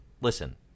Listen